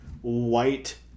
white